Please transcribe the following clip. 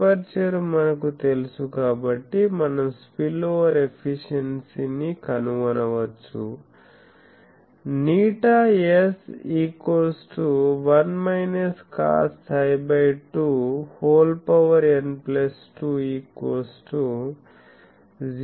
aperture మనకు తెలుసు కాబట్టి మనం స్పిల్ఓవర్ ఎఫిషియెన్సీ ని కనుగొనవచ్చు ηs 1 cosψ2n1 0